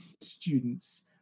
students